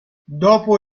dopo